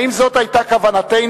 האם זאת היתה כוונתנו,